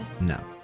No